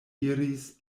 iris